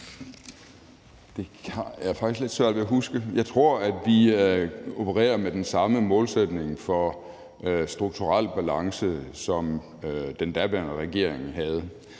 Jeg tror, at vi opererer med den samme målsætning for strukturel balance, som den daværende regering havde.